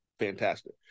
fantastic